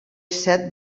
set